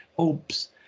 oops